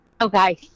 Okay